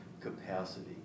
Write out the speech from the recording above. capacity